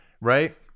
right